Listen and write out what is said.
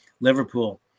Liverpool